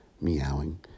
meowing